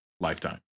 lifetime